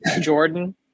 Jordan